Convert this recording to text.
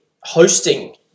hosting